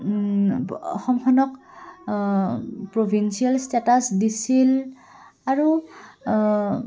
অসমখনক প্ৰভিঞ্চিয়েল ষ্টেটাছ দিছিল আৰু